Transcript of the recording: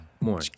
More